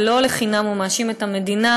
ולא לחינם הוא מאשים את המדינה,